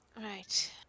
right